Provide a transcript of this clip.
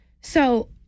So-